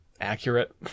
Accurate